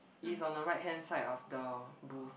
is on the right hand side of the booth